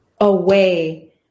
away